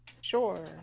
Sure